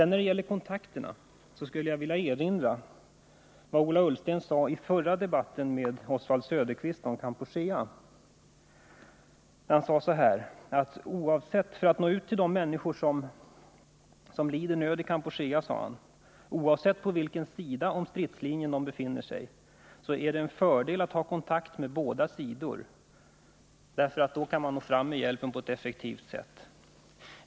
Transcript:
När det gäller kontakterna vill jag erinra om vad Ola Ullsten sade i en frågedebatt med Oswald Söderqvist om Kampuchea: För att nå ut till de människor som lider nöd i Kampuchea, oavsett på vilken sida om stridslinjen som de befinner sig, är det en fördel att ha kontakt med båda sidor. Då kan man nå fram med hjälpen på ett effektivt sätt.